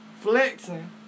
flexing